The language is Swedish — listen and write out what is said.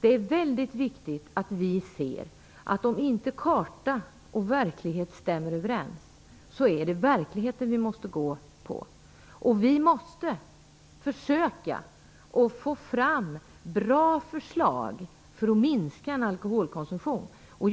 Det är väldigt viktigt, om karta och verklighet inte stämmer överens, att vi ser att det är verkligheten vi måste gå efter. Vi måste försöka få fram bra förslag för att minska alkoholkonsumtionen.